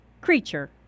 creature